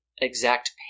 exact